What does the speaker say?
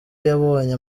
yabonye